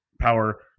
power